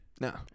no